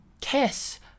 kiss